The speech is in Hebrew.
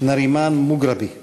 נארימאן מוגרבי ובתה,